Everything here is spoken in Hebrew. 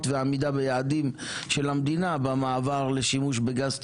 ועמידה ביעדים של המדינה במעבר לשימוש בגז טבעי.